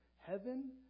Heaven